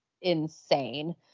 insane